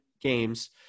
games